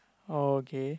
oh okay